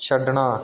ਛੱਡਣਾ